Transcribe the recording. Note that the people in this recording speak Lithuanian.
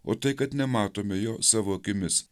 o tai kad nematome jo savo akimis